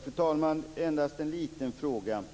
Fru talman! Endast en liten fråga.